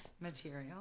material